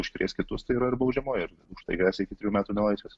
užkrės kitus tai yra ir baudžiamoji ir už tai gresia iki trijų metų nelaisvės